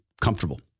comfortable